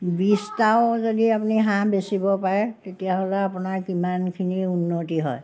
বিছটাও যদি আপুনি হাঁহ বেচিব পাৰে তেতিয়াহ'লে আপোনাৰ কিমানখিনি উন্নতি হয়